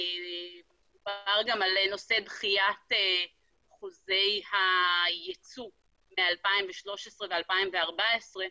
דובר על נושא דחיית חוזי הייצוא מ-2013 ו-2014.